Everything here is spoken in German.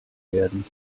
werden